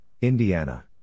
Indiana